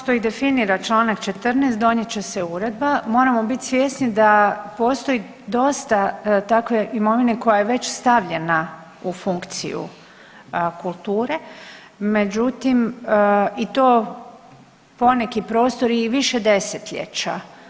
Kao što i definira Članak 14. donijet će se uredba, moramo biti svjesni da postoji dosta takve imovine koja je već stavljena u funkciju kulture, međutim i to poneki prostori i više desetljeća.